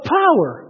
power